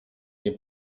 nie